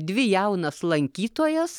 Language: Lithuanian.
dvi jaunas lankytojas